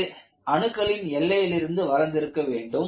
இது அணுக்களின் எல்லையிலிருந்து வளர்ந்திருக்க வேண்டும்